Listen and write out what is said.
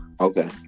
Okay